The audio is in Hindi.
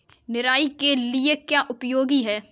निराई के लिए क्या उपयोगी है?